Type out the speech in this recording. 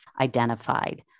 identified